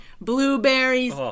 blueberries